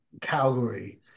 Calgary